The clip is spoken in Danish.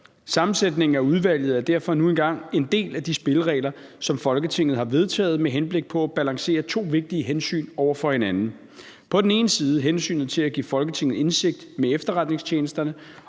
Sammensætningen af udvalget er derfor nu engang en del af de spilleregler, som Folketinget har vedtaget med henblik på at balancere to vigtige hensyn over for hinanden: på den ene side hensynet til at give Folketinget indseende med efterretningstjenesterne